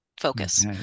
focus